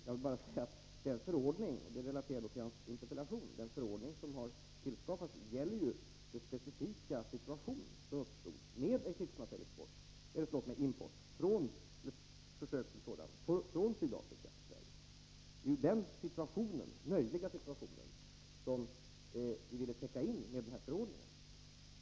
Jag vill bara säga, relaterat till hans interpellation, att den förordning som har tillskapats gäller ju den specifika situation som uppstod med försök till krigsmaterielimport från Sydafrika till Sverige. Det är den möjliga situation som vi ville täcka in med den här förordningen.